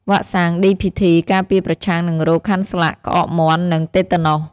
វ៉ាក់សាំង DPT ការពារប្រឆាំងនឹងរោគខាន់ស្លាក់ ក្អកមាន់ និងតេតាណូស។